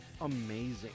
amazing